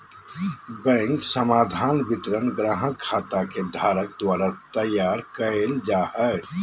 bank समाधान विवरण ग्राहक खाता के धारक द्वारा तैयार कइल जा हइ